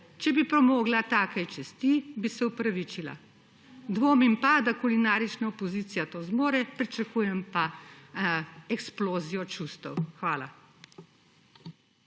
Če bi premogla take časti, bi se opravičila. Dvomim, da kulinarična opozicija to zmore, pričakujem pa eksplozijo čustev. Hvala.